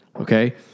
Okay